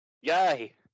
Yay